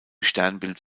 sternbild